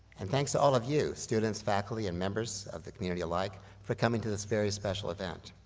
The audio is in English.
and thanks to all of you, students, faculty, and members of the community alike for coming to this very special event.